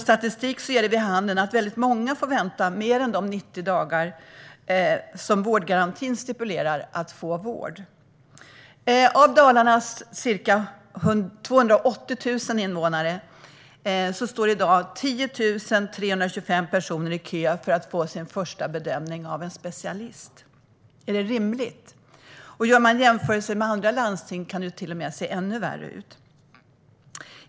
Statistik ger vid handen att väldigt många får vänta på vård i mer än de 90 dagar som vårdgarantin stipulerar. Av Dalarnas ca 280 000 invånare står i dag 10 325 i kö för att få sin första bedömning av en specialist. Är det rimligt? Gör man jämförelser med andra landsting inser man också att det kan se ännu värre ut.